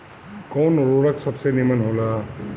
कवन उर्वरक सबसे नीमन होला?